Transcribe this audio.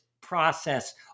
process